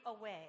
away